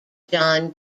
john